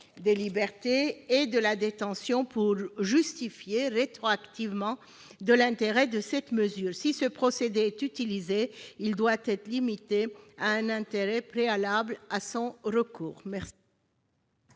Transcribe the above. des libertés et de la détention pour justifier rétroactivement de l'intérêt de cette mesure. Si ce procédé est utilisé, il doit être limité à un intérêt préalable à son recours.